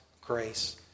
grace